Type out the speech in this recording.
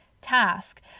task